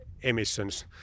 emissions